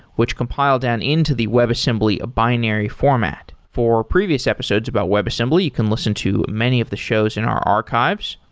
which compile down into the webassembly binary format. for previous episodes about webassembly, you can listen to many of the shows in our archives.